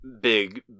big